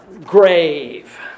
grave